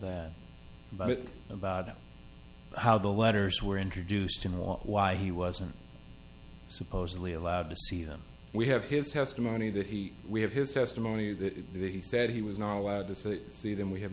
that but about how the letters were introduced in law why he wasn't supposedly allowed to see them we have his testimony that he we have his testimony that he said he was not allowed to see them we have